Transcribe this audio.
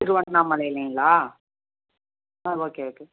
திருவண்ணாமலைலைங்களா ஆ okay okay